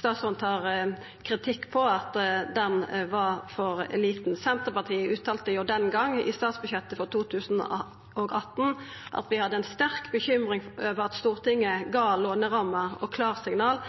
statsråden tar kritikk på at ho var for lita. Senterpartiet uttalte den gongen, i statsbudsjettet for 2018, at vi hadde ei sterk bekymring for at Stortinget gav låneramme og